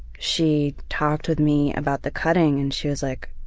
she talked with me about the cutting and she was like